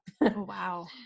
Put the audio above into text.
Wow